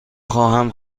خواهم